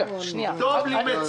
טוב לי.